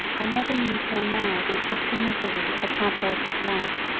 i never knew till now the utter misery of a cab-horse's life.